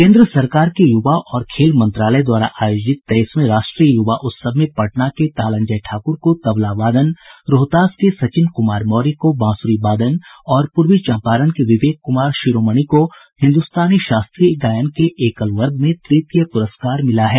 केंद्र सरकार के युवा और खेल मंत्रालय द्वारा आयोजित तेईसवें राष्ट्रीय युवा उत्सव में पटना के तालंजय ठाकुर को तबला वादन रोहतास के सचिन कुमार मौर्य को बांसुरी वादन और पूर्वी चंपारण के विवेक कुमार शिरोमणि को हिन्दुस्तानी शास्त्रीय गायन के एकल वर्ग में तृतीय पुरस्कार मिला है